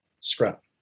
scrap